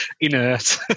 inert